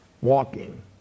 walking